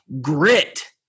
grit